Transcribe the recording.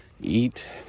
eat